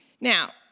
Now